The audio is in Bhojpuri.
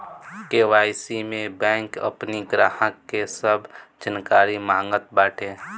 के.वाई.सी में बैंक अपनी ग्राहक के सब जानकारी मांगत बाटे